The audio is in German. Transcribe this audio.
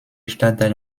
stadtteil